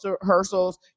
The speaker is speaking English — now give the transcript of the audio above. rehearsals